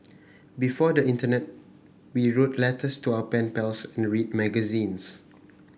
before the internet we wrote letters to our pen pals and read magazines